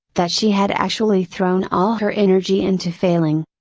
that she had actually thrown all her energy into failing.